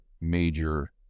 major